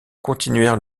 continuèrent